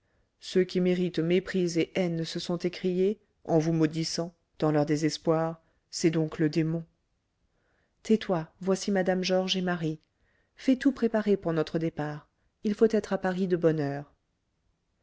ceux qui méritent mépris et haine se sont écriés en vous maudissant dans leur désespoir c'est donc le démon tais-toi voici mme georges et marie fais tout préparer pour notre départ il faut être à paris de bonne heure